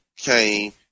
came